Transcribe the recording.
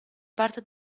parte